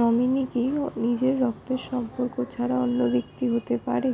Nominee কি নিজের রক্তের সম্পর্ক ছাড়া অন্য ব্যক্তি হতে পারে?